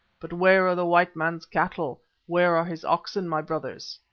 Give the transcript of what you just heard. but where are the white man's cattle where are his oxen, my brothers?